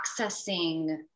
accessing